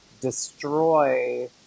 destroy